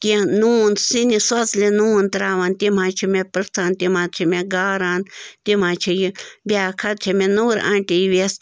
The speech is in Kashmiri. کیٚنٛہہ نون سِنِس سۄژلہِ نون ترٛاوان تِم حظ چھِ مےٚ پرٛژھان تِم حظ چھِ مےٚ گاران تِم حظ چھِ یہِ بیٛاکھ حظ چھِ مےٚ نورٕ آنٹی ویٚس